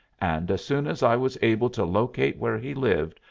and, as soon as i was able to locate where he lived,